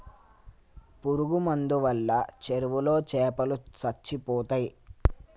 పురుగు మందు వాళ్ళ చెరువులో చాపలో సచ్చిపోతయ్